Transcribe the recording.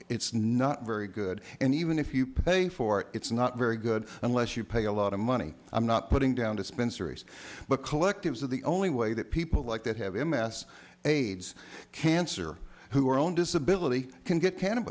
it's not very good and even if you pay for it it's not very good unless you pay a lot of money i'm not putting down dispensaries but collectives are the only way that people like that have a mass aids cancer who are own disability can get